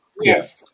Yes